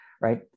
right